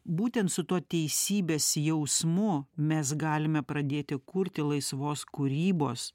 būtent su tuo teisybės jausmu mes galime pradėti kurti laisvos kūrybos